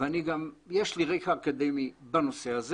ויש לי גם רקע אקדמי בנושא הזה